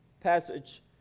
passage